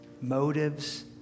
motives